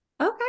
Okay